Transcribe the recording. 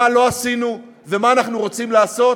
מה לא עשינו ומה אנחנו רוצים לעשות,